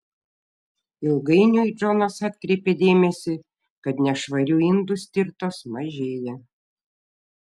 ilgainiui džonas atkreipė dėmesį kad nešvarių indų stirtos mažėja